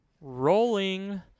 Rolling